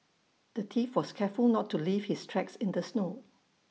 the thief was careful not to leave his tracks in the snow